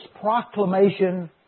Proclamation